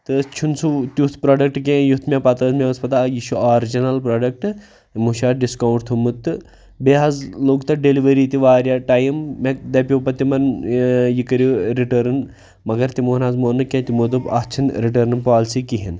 تہٕ چھُنہٕ سُہ تیُتھ پرٛوڈَکٹ کینٛہہ یُتھ مےٚ پَتہ ٲس مےٚ ٲس پَتہ یہِ چھُ آرجِنَل پرٛوڈَکٹ یِمو چھِ اَتھ ڈِسکاوُنٛٹ تھوٚمُت تہٕ بیٚیہِ حظ لوٚگ تَتھ ڈیٚلؤری تہِ واریاہ ٹایم مےٚ دَپیو پَتہٕ تِمَن یہِ کٔرِو رِٹٲرٕن مگر تِمو نہ حظ مون نہٕ کینٛہہ تِمو دوٚپ اَتھ چھِںہٕ رِٹٲرٕن پالسی کِہیٖنۍ